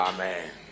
Amen